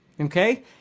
okay